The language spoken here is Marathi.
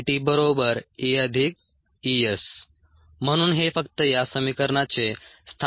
EtEES म्हणून हे फक्त या समीकरणाचे स्थानांतर आहे